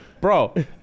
Bro